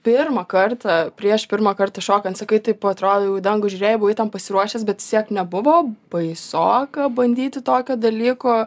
pirmą kartą prieš pirmą kartą šokant sakai taip atrodo jau į dangų žiūrėjai buvai tam pasiruošęs bet vis tiek nebuvo baisoka bandyti tokio dalyko